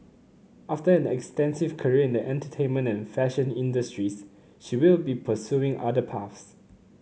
after an extensive career in the entertainment and fashion industries she will be pursuing other paths